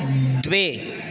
द्वे